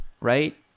right